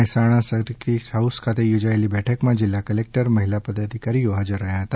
Mehsana circuit house ખાતે યોજાયેલી બેઠકમાં જિલ્લા કલેકટર મહિલા પદાધિકારીઓ સહિત હાજર રહ્યા હતા